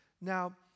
Now